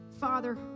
Father